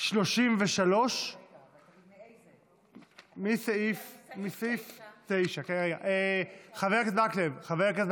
9 עד סעיף 33. חבר הכנסת מקלב,